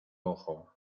ojo